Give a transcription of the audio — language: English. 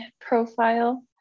profile